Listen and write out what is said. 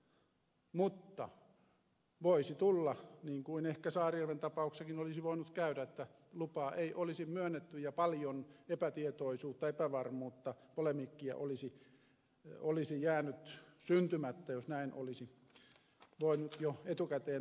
mutta voisi olla niin kuin ehkä saarijärven tapauksessakin olisi voinut käydä että lupaa ei olisi myönnetty jolloin paljon epätietoisuutta epävarmuutta polemiikkia olisi jäänyt syntymättä jos näin olisi voinut jo etukäteen tapahtua